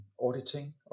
auditing